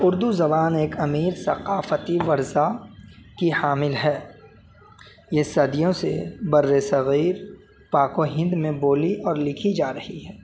اردو زبان ایک امیر ثقافتی ورثہ کی حامل ہے یہ صدیوں سے بر صغیر پاک و ہند میں بولی اور لکھی جا رہی ہے